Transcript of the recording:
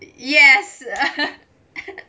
yes